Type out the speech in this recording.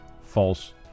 false